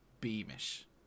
Beamish